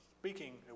speaking